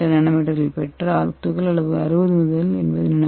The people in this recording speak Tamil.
எம் எனில் பெற்றால் துகள் அளவு 60 முதல் 80 என்